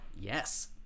Yes